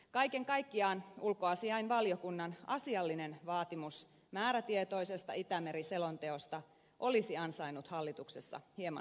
kaiken kaikkiaan ulkoasiainvaliokunnan asiallinen vaatimus määrätietoisesta itämeri selonteosta olisi ansainnut hallituksessa hieman suuremman huomion